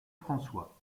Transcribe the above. françois